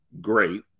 great